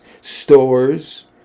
Stores